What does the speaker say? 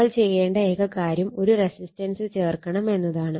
നമ്മൾ ചെയ്യേണ്ട ഏക കാര്യം ഒരു റെസിസ്റ്റൻസ് ചേർക്കണം എന്നതാണ്